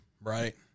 right